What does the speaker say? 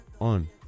on